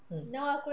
mm